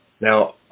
Now